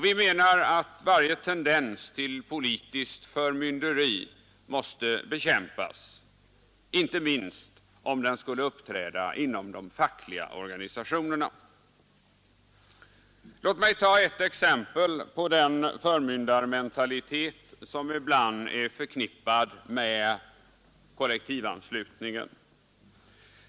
Vi menar att varje tendens till politiskt förmynderi måste bekämpas, inte minst om den skulle uppträda inom de fackliga organisationerna. Låt mig ta ett exempel på den förmyndarmentalitet som ibland är förknippad med kollektivanslutningen.